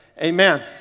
Amen